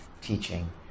teaching